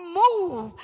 move